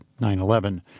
9-11